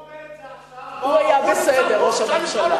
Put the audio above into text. הוא היה בסדר, ראש הממשלה.